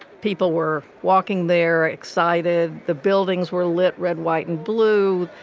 people were walking there excited. the buildings were lit. red, white and blue.